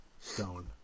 Stone